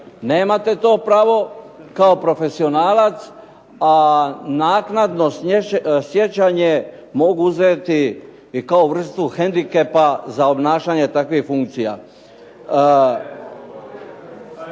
Nemate to pravo. Kao profesionalac. A naknadno sjećanje mogu uzeti i kao vrstu hendikepa za obnašanje takvih funkcija.